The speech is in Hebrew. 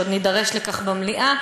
ועוד נידרש לכך במליאה.